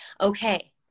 Okay